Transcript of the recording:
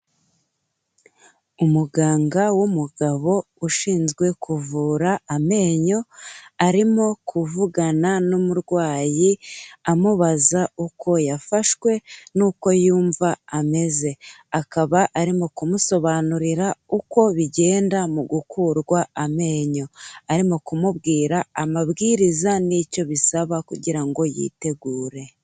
Umuganga w'umugabo ushinzwe kuvura amenyo, arimo kuvugana n'umurwayi amubaza uko yafashwe n'uko yumva ameze. Akaba arimo kumusobanurira uko bigenda mu gukurwa amenyo, arimo kumubwira amabwiriza n'icyo bisaba kugira ngo yitegure.